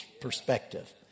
perspective